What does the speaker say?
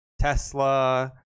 tesla